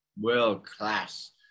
world-class